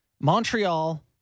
Montreal